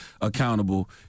accountable